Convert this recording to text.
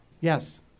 Yes